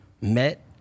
met